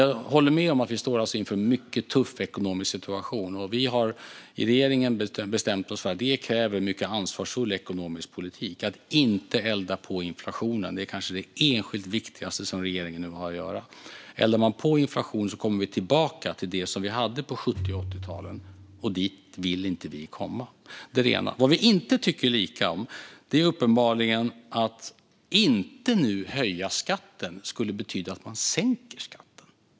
Jag håller med om att vi står inför en mycket tuff ekonomisk situation. I regeringen har vi bestämt oss för att det kräver en mycket ansvarsfull ekonomisk politik. Att inte elda på inflationen är kanske det enskilt viktigaste som regeringen nu har att göra. Eldar man på inflationen kommer vi tillbaka till det vi hade på 70 och 80-talen, och dit vill vi inte komma. Det vi inte tycker lika om är uppenbarligen att detta att inte nu höja skatten skulle betyda att man sänker skatten.